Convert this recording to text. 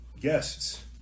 guests